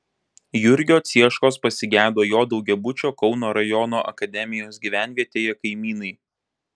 jurgio cieškos pasigedo jo daugiabučio kauno rajono akademijos gyvenvietėje kaimynai